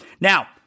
Now